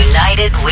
United